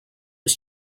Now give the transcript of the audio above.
was